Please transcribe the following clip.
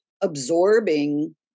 absorbing